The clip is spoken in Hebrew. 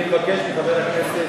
אני מבקש מחברי הכנסת,